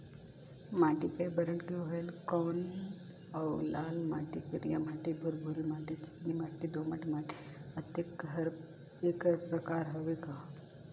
माटी कये बरन के होयल कौन अउ लाल माटी, करिया माटी, भुरभुरी माटी, चिकनी माटी, दोमट माटी, अतेक हर एकर प्रकार हवे का?